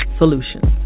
solutions